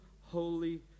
Holy